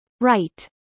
Right